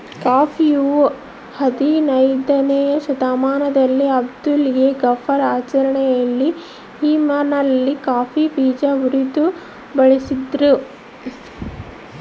ಕಾಫಿಯು ಹದಿನಯ್ದನೇ ಶತಮಾನದಲ್ಲಿ ಅಹ್ಮದ್ ಎ ಗಫರ್ ಆಚರಣೆಯಲ್ಲಿ ಯೆಮೆನ್ನಲ್ಲಿ ಕಾಫಿ ಬೀಜ ಉರಿದು ಬಳಸಿದ್ರು